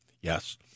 Yes